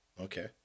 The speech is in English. okay